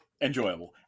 enjoyable